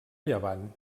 llevant